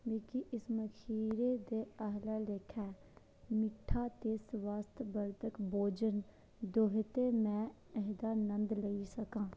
मिगी इस मखीरै दे आह्ला लेखा मिट्ठा ते स्वास्थवर्धक भोजन थ्होऐ ते में एह्दा नंद लेई सकां